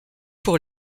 pour